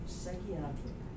psychiatric